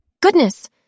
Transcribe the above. Goodness